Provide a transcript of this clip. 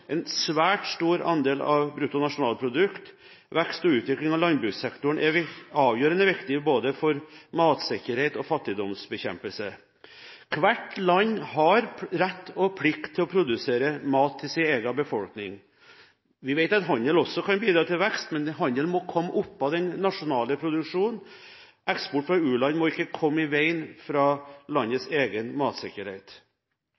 en svært stor andel av brutto nasjonalprodukt. Vekst og utvikling av landbrukssektoren er avgjørende viktig både for matsikkerhet og fattigdomsbekjempelse. Hvert land har rett og plikt til å produsere mat til egen befolkning. Vi vet at handel også kan bidra til vekst, men handel må komme i tillegg til den nasjonale produksjonen. Eksport fra utviklingsland må ikke komme i veien